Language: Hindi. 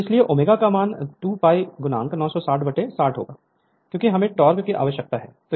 इसलिएω2 pi96060 क्योंकि हमें टोक़ की आवश्यकता है